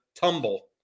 tumble